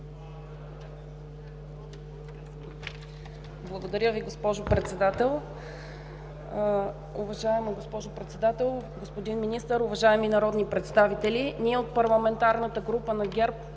Благодаря Ви, госпожо Председател. Уважаема госпожо Председател, господин Министър, уважаеми народни представители! Ние от парламентарната група на ГЕРБ